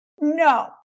No